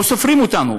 ולא סופרים אותנו,